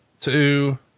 two